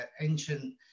ancient